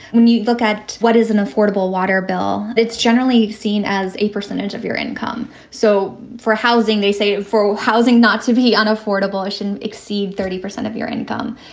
when you look at what is an affordable water bill, it's generally seen as a percentage of your income. so for housing, they say for housing not to be unaffordable, action exceed thirty percent of your income.